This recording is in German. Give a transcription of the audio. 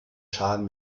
schaden